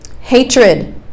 Hatred